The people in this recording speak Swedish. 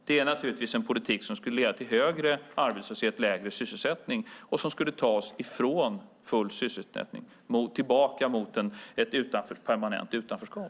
Det är naturligtvis en politik som skulle leda till högre arbetslöshet och lägre sysselsättning och som skulle ta oss ifrån full sysselsättning tillbaka mot ett permanent utanförskap.